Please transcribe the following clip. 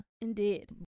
indeed